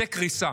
זה קריסה.